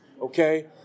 Okay